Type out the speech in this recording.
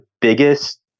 biggest